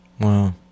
Wow